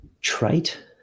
trait